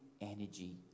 energy